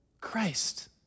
Christ